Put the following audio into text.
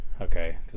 okay